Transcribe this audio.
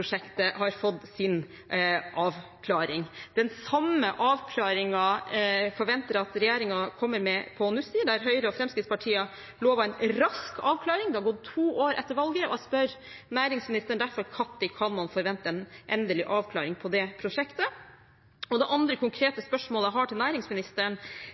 har fått sin avklaring. Den samme avklaringen forventer jeg at regjeringen kommer med på Nussir, der Høyre og Fremskrittspartiet har lovet en rask avklaring. Det har gått to år etter valget, og jeg spør derfor næringsministeren: Når kan man forvente en endelig avklaring på det prosjektet? Det andre konkrete spørsmålet jeg har til næringsministeren,